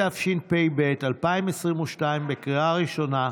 התשפ"ב 2022, לקריאה ראשונה.